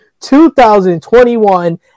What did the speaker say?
2021